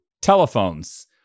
telephones